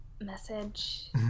Message